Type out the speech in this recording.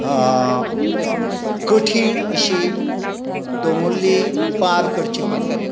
कठीण अशी दोगुल्ली पार करची पडली